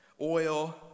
oil